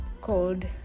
called